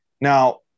Now